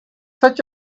such